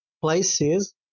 places